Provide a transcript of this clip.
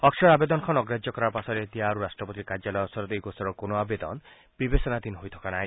অক্ষয়ৰ আৱেদনখন অগ্ৰাহ্য কৰাৰ পাছত এতিয়া আৰু ৰাট্টপতিৰ কাৰ্যালয়ৰ ওচৰত এই গোচৰৰ কোনো আৱেদন বিবেচনাধীন হৈ থকা নাই